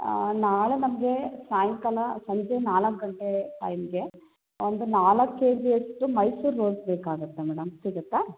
ಹಾಂ ನಾಳೆ ನಮಗೆ ಸಾಯಂಕಾಲ ಸಂಜೆ ನಾಲ್ಕು ಗಂಟೆ ಟೈಮಿಗೆ ಒಂದು ನಾಲ್ಕು ಕೆ ಜಿಯಷ್ಟು ಮೈಸೂರು ರೋಸ್ ಬೇಕಾಗುತ್ತೆ ಮೇಡಮ್ ಸಿಗುತ್ತಾ